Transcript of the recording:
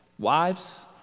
Wives